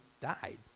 died